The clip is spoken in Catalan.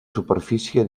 superfície